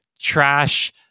trash